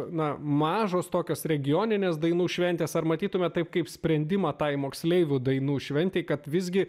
na mažos tokios regioninės dainų šventės ar matytumėt tai kaip sprendimą tai moksleivių dainų šventei kad visgi